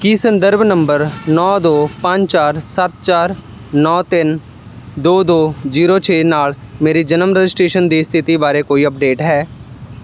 ਕੀ ਸੰਦਰਭ ਨੰਬਰ ਨੌਂ ਦੋ ਪੰਜ ਚਾਰ ਸੱਤ ਚਾਰ ਨੌਂ ਤਿੰਨ ਦੋ ਦੋ ਜ਼ੀਰੋ ਛੇ ਨਾਲ ਮੇਰੀ ਜਨਮ ਰਜਿਸਟ੍ਰੇਸ਼ਨ ਦੀ ਸਥਿਤੀ ਬਾਰੇ ਕੋਈ ਅਪਡੇਟ ਹੈ